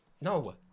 no